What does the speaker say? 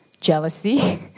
jealousy